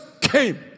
came